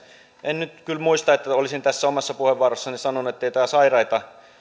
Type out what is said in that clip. en nyt kyllä muista että olisin tässä omassa puheenvuorossani sanonut ettei tämä sairaita